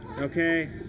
Okay